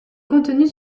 contenus